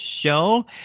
Show